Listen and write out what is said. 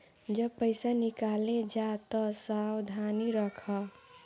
जब पईसा निकाले जा तअ सावधानी रखअ